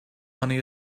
money